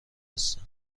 هستم